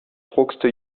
druckste